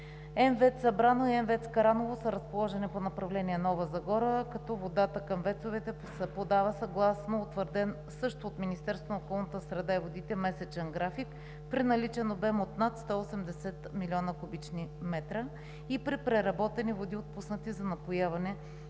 МВЕЦ „Събрано“ и МВЕЦ „Караново“ са разположени по направление Нова Загора, като водата към ВЕЦ-овете се подава съгласно утвърден също от Министерството на околната среда и водите месечен график при наличен воден обем от над 180 млн. куб. м и при преработени води, отпуснати за напояване